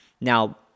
Now